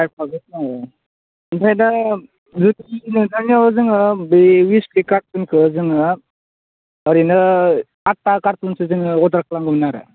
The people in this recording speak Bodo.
फाइभ थावजेन्ड जाहैगोन ओमफ्राय दा जुदि नोंथांनियाव जोङो बै उइसकि कारटनखो जोङो ओरैनो आठथा कारटुनसो जोङो अरडार खालामगौमोन आरो